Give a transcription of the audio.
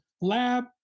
lab